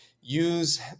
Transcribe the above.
use